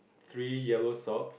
three yellow socks